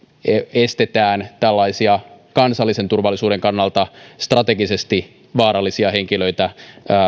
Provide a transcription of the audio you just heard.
estetään tällaisia kansallisen turvallisuuden kannalta strategisesti vaarallisia henkilöitä